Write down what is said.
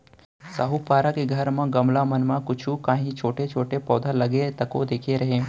साहूपारा के घर म गमला मन म कुछु कॉंहीछोटे छोटे पउधा लगे तको देखे रेहेंव